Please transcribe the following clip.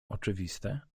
oczywiste